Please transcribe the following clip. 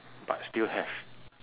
but still have